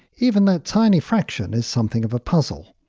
even that tiny fraction is something of a puzzle.